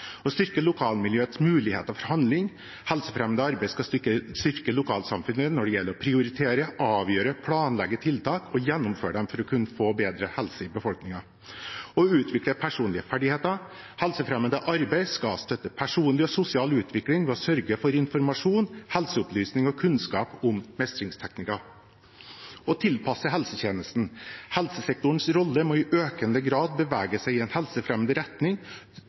Å styrke lokalmiljøets muligheter for handling – «helsefremmende arbeid skal styrke lokalsamfunnet når det gjelder å prioritere, avgjøre, planlegge tiltak og gjennomføre dem for å kunne oppnå en bedre helse» Å utvikle personlige ferdigheter – «helsefremmende arbeid skal støtte personlig og sosial utvikling ved å sørge for informasjon, helseopplysning og kunnskap om mestringsteknikker» Å tilpasse helsetjenesten – «helsesektorens rolle må i økende grad bevege seg i en helsefremmende retning,